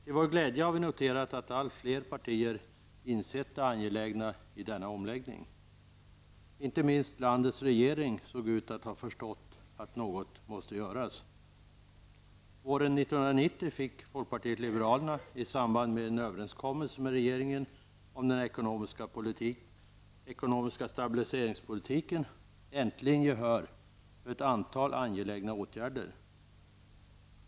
Till vår glädje har vi noterat att allt fler partier insett det angelägna i denna omläggning. Inte minst landets regering såg ut att ha förstått att något måste göras. Våren 1990 fick folkpartiet liberalerna -- i samband med en överenskommelse med regeringen om den ekonomiska stabiliseringspolitiken -- äntligen gehör för ett antal angelägna åtgärder.